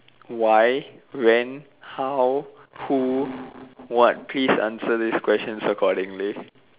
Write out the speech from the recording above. why when how who what please answer these questions accordingly